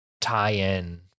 tie-in